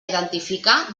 identificar